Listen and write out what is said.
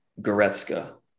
Goretzka